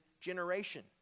generation